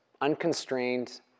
unconstrained